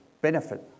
benefit